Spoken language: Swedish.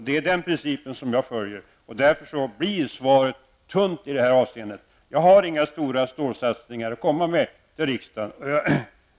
Det är den principen jag följer, och därför blir svaret tunt i det här avseendet. Jag har inga stora stålsatsningar att komma med till riksdagen.